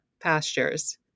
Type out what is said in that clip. pastures